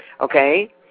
okay